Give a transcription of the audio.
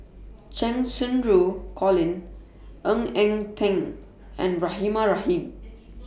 Cheng Xinru Colin Ng Eng Teng and Rahimah Rahim